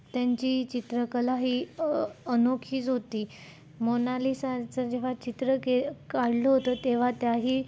त्यांची चित्रकला ही अनोखीच होती मोनालीसाचं जेव्हा चित्र के काढलं होतं तेव्हा त्याही